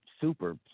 super